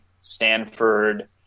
Stanford